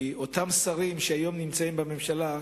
כי אותם שרים שהיום נמצאים בממשלה,